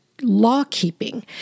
law-keeping